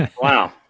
wow